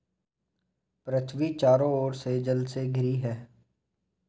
पृथ्वी चारों ओर से जल से घिरी है